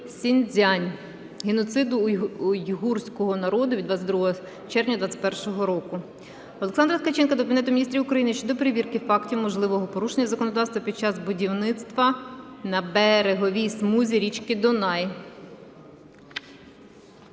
Синьцзянь (геноциду уйгурського народу) від 22 червня 2021 року. Олександра Ткаченка до Кабінету Міністрів України щодо перевірки фактів можливого порушення законодавства під час будівництва на береговій смузі річки Дунай.